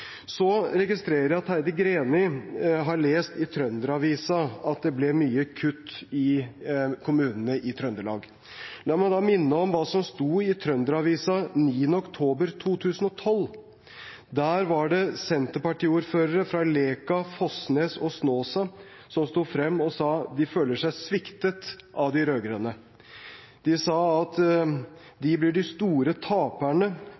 Jeg registrerer at Heidi Greni har lest i Trønder-Avisa at det ble mange kutt i kommunene i Trøndelag. La meg da minne om hva som sto i Trønder-Avisa 9. oktober 2012. Da sto senterpartiordførere fra Leka, Fosnes og Snåsa frem og sa at de følte seg sviktet